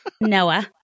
Noah